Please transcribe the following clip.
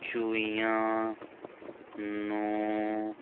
ਚੂਹੀਆਂ ਨੂੰ